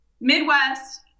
Midwest